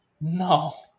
No